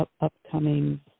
upcoming